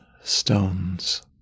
stones